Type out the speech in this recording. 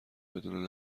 بدون